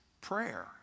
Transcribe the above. prayer